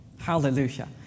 Hallelujah